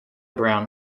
brown